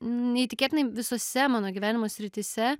neįtikėtinai visose mano gyvenimo srityse